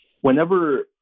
Whenever